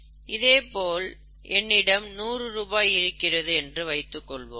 இதேபோல் என்னிடம் நூறு ரூபாய் இருக்கிறது என்று வைத்துக் கொள்வோம்